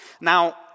Now